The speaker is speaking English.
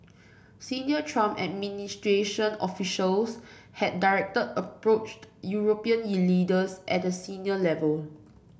Senior Trump administration officials had directly approached European leaders at a senior level